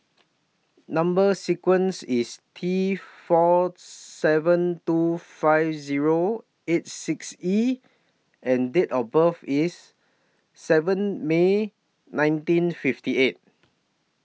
Number sequence IS T four seven two five Zero eight six E and Date of birth IS seven May nineteen fifty eight